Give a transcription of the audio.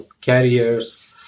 carriers